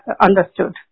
understood